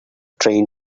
train